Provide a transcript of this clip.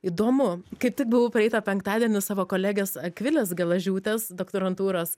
įdomu kaip tik buvau praeitą penktadienį savo kolegės akvilės gelažiūtės doktorantūros